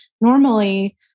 normally